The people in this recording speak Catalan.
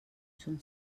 són